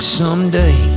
someday